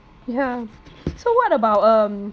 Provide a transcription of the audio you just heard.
ya so what about um